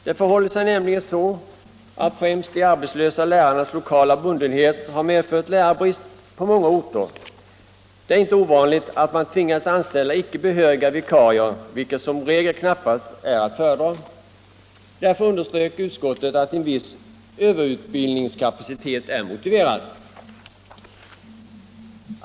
Det förhåller sig nämligen så att främst de arbetslösa lärarnas lokala bundenhet har medfört lärarbrist på många orter. Det är inte ovanligt att man tvingats anställa icke behöriga vikarier, vilket som regel knappast är att föredra. Därför underströk utskottet att en viss överutbildningskapacitet är motiverad.